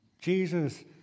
Jesus